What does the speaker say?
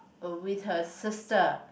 oh with her sister